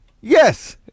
Yes